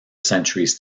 centuries